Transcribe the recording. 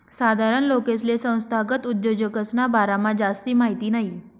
साधारण लोकेसले संस्थागत उद्योजकसना बारामा जास्ती माहिती नयी